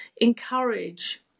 encourage